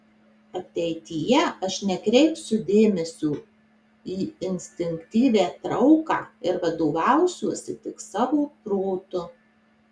ateityje aš nekreipsiu dėmesio į instinktyvią trauką ir vadovausiuosi tik savo protu